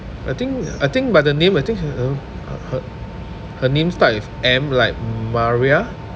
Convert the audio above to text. I think I think by the name I think her her her her name start with M like maria